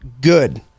good